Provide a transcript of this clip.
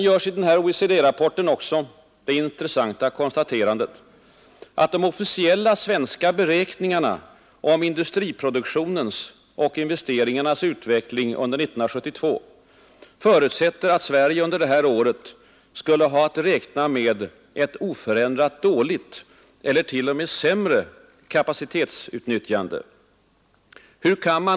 I OECD-rapporten görs också det intressanta konstaterandet, att de officiella svenska beräkningarna om industriproduktionens och investeringarnas utveckling under 1972 förutsätter att Sverige under det här året skulle ha att räkna med ett oförändrat dåligt eller t.o.m. sämre kapacitetsutnyttjande.